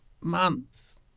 months